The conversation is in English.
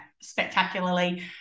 spectacularly